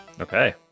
okay